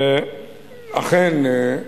אכן,